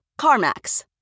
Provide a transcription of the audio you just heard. CarMax